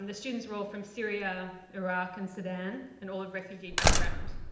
and students were all from syria, iraq, and sudan, and all of refugee background.